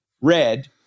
red